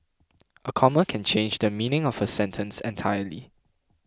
a comma can change the meaning of a sentence entirely